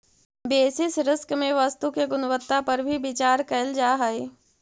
basis risk में वस्तु के गुणवत्ता पर भी विचार कईल जा हई